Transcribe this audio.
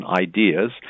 ideas